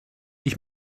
ich